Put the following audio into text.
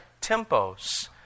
tempos